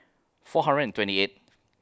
four hundred and twenty eight